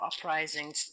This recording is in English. uprisings